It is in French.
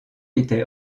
était